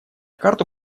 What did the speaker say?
карту